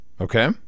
Okay